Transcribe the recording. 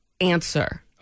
answer